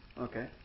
Okay